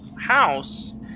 house